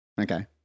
Okay